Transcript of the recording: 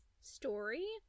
story